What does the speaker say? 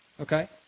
Okay